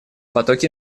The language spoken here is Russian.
потоки